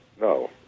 no